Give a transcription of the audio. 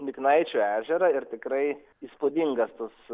miknaičių ežerą ir tikrai įspūdingas tos